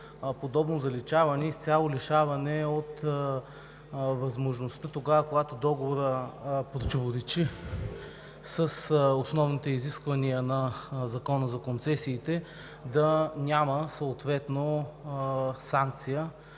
подобно заличаване и изцяло лишаване от възможността тогава, когато договорът противоречи с основните изисквания на Закона за концесиите, да няма санкция,